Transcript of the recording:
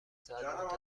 ساعت